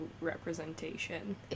representation